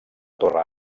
torre